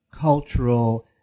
cultural